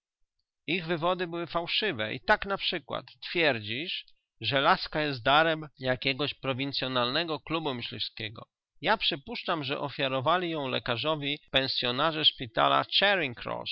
innych inne wywody były fałszywe i tak naprzykład twierdzisz że laska jest darem jakiegoś prowincyonalnego klubu myśliwskiego ja przypuszczam że ofiarowali ją lekarzowi pensyonarze szpitala charing